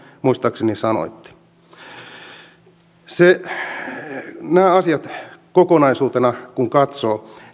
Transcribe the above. muistaakseni sanoitte näitä asioita kokonaisuutena kun katsoo